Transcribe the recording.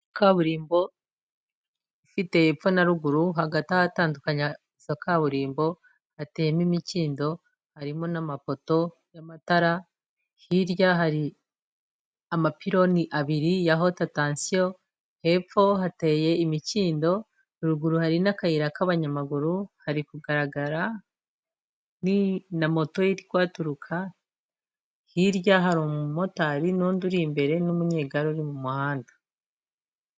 Kaburimbo ifite hepfo na ruguru hagati aho ahatandukanyekanya izo kaburimbo hatemo imikindo harimo n'amapoto y'amatara hirya hari amapironi abiri yahotatasiyon hepfo hateye imikindo ruguru hari n'ayira k'abanyamaguru hari kugaragara na moto twaturuka hirya hari umumotari n'undi uri imbere n'umunyegaru uri mu muhanda.